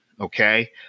Okay